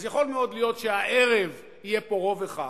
אז יכול מאוד להיות שהערב יהיה פה רוב אחד,